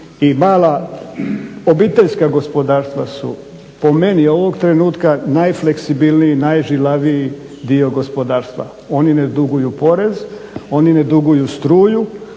i mala obiteljska gospodarstva su po meni ovog trenutka najfleksibilniji, najžilaviji dio gospodarstva. Oni ne duguju porez, oni ne duguju struju,